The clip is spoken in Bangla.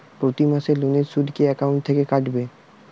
প্রতি মাসে লোনের সুদ কি একাউন্ট থেকে কাটবে?